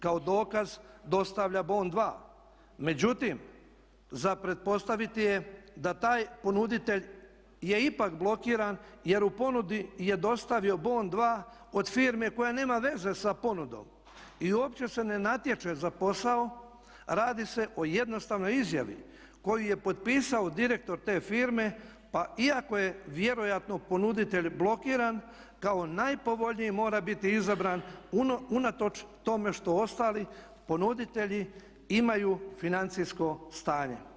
Kao dokaz dostavlja bon 2. Međutim, za pretpostaviti je da taj ponuditelj je ipak blokiran jer u ponudi je dostavio bon 2 od firme koja nema veze sa ponudom i uopće se ne natječe za posao, radi se o jednostavnoj izjavi koju je potpisao direktor te firme pa iako je vjerojatno ponuditelj blokiran kao najpovoljniji mora biti izabran unatoč tome što ostali ponuditelji imaju financijsko stanje.